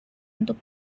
untuk